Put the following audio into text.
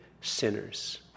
sinners